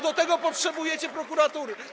Do tego potrzebujecie prokuratury.